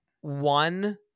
one